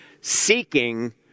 Seeking